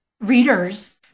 readers